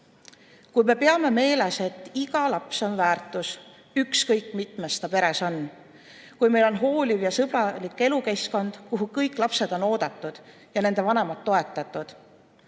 Kui peame meeles, et iga laps on väärtuslik, ükskõik mitmes ta peres on, ning kui meil on hooliv ja sõbralik elukeskkond, kuhu kõik lapsed on oodatud ja kus nende vanemad on toetatud,